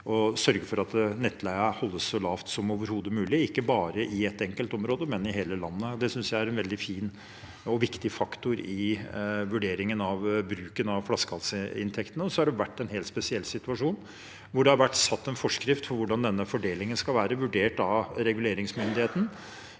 og sørge for at nettleien holdes så lav som overhodet mulig, ikke bare i ett enkelt område, men i hele landet. Det synes jeg er en veldig fin og viktig faktor i vurderingen av bruken av flaskehalsinntektene. Så har det vært en helt spesiell situasjon, hvor det har vært fastsatt en forskrift for hvordan denne fordelingen skal være, vurdert av reguleringsmyndigheten,